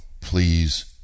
please